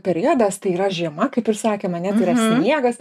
periodas tai yra žiema kaip ir sakėm ane tai yra sniegas